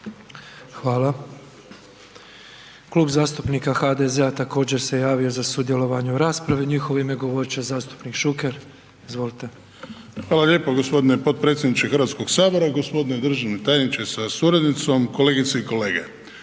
Klub zastupnika HDZ-a također se javio za sudjelovanje u raspravi. U njihovo ime govorit će zastupnik Šuker. Izvolite. **Šuker, Ivan (HDZ)** Hvala lijepo gospodine potpredsjedniče Hrvatskog sabora. Gospodine državni tajniče sa suradnicom, kolegice i kolege,